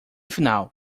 final